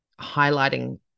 highlighting